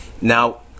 Now